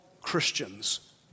Christians